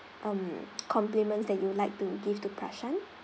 um compliments that you'd like to give to prashan